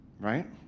Right